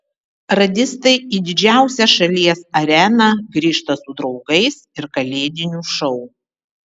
radistai į didžiausią šalies areną grįžta su draugais ir kalėdiniu šou